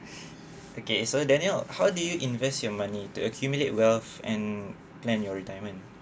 okay so daniel how do you invest your money to accumulate wealth and plan your retirement